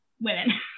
women